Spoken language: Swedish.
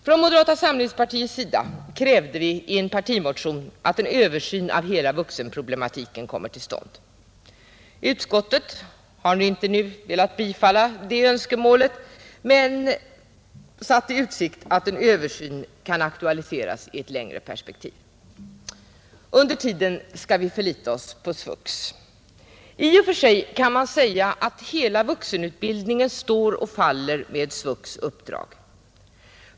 Från moderata samlingspartiet kräver vi i en partimotion att en översyn av hela vuxenproblematiken kommer till stånd. Utskottet har inte nu velat biträda detta önskemål men dock satt i utsikt att en översyn kan aktualiseras i ett längre perspektiv. Under tiden skall vi förlita oss på SVUX. I och för sig kan man säga att hela vuxenutbildningen står och faller med SVUX:s uppdrag.